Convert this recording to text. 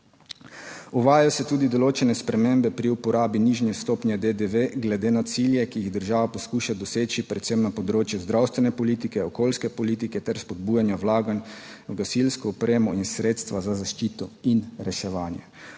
Uvaja se tudi določene spremembe pri uporabi nižje stopnje DDV, glede na cilje, ki jih država poskuša doseči predvsem na področju zdravstvene politike, okoljske politike ter spodbujanja vlaganj v gasilsko opremo in sredstva za zaščito in reševanje.